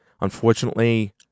Unfortunately